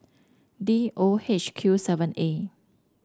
D O H Q seven A